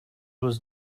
was